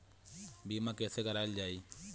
बीमा कैसे कराएल जाइ?